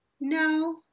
no